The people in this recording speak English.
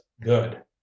Good